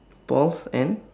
paul's and